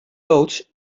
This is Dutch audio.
loods